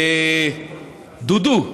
דודו,